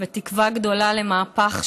בתקווה גדולה למהפך,